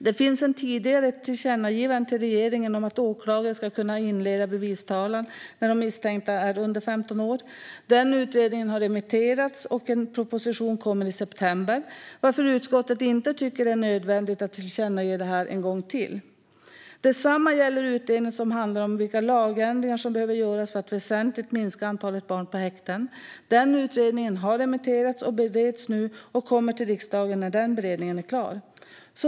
Det finns sedan tidigare ett tillkännagivande till regeringen om att åklagare ska kunna inleda bevistalan när de misstänkta är under 15 år. Utredningen har remitterats, och en proposition kommer i september, varför utskottet inte tycker att det är nödvändigt att tillkännage detta en gång till. Detsamma gäller den utredning som handlar om vilka lagändringar som behöver göras för att väsentligt minska antalet barn på häkten. Den utredningen har remitterats och bereds nu och kommer till riksdagen när beredningen är klar.